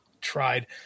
tried